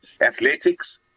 Athletics